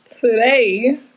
Today